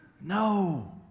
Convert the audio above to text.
No